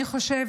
אני חושבת,